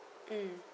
mm